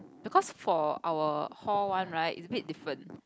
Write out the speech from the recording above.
because for our hall one right is a bit different